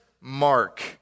Mark